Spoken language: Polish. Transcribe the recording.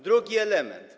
Drugi element.